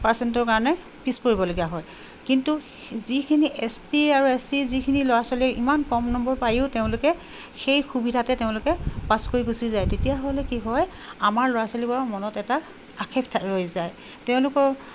পাৰ্চেণ্টৰ কাৰণে পিছ পৰিবলগীয়া হয় কিন্তু যিখিনি এছ টি আৰু এছ চি যিখিনি ল'ৰা ছোৱালীয়ে ইমান কম নম্বৰ পায়ো তেওঁলোকে সেই সুবিধাতে তেওঁলোকে পাছ কৰি গুচি যায় তেতিয়াহ'লে কি হয় আমাৰ ল'ৰা ছোৱালীবোৰৰ মনত এটা আক্ষেপ ৰৈ যায় তেওঁলোকৰ